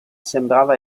sembrava